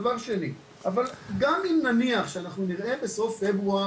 דבר שני, גם אם נניח שאנחנו נראה בסוף חודש